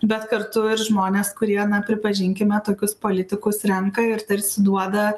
bet kartu ir žmonės kurie na pripažinkime tokius politikus renka ir tarsi duoda